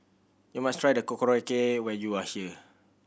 you must try the Korokke when you are here